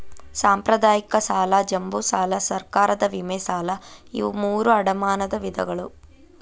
ಸಾಂಪ್ರದಾಯಿಕ ಸಾಲ ಜಂಬೂ ಸಾಲಾ ಸರ್ಕಾರದ ವಿಮೆ ಸಾಲಾ ಇವು ಮೂರೂ ಅಡಮಾನದ ವಿಧಗಳು